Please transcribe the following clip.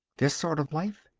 this sort of life.